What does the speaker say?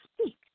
speak